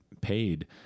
paid